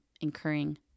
incurring